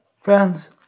Friends